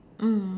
mm